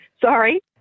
Sorry